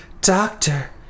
Doctor